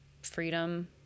freedom